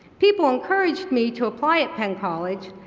people encouraged me to apply at penn college,